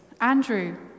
Andrew